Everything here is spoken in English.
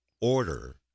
order